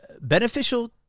beneficial